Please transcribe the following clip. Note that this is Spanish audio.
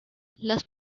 las